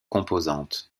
composantes